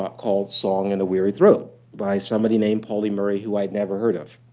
ah called song in a weary throat by somebody named pauli murray, who i'd never heard of.